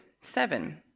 Seven